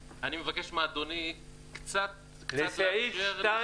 בבקשה, לסעיף 2